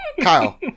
Kyle